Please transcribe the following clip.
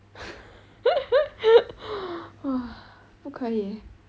!wah! 不可以 eh